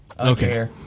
Okay